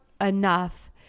enough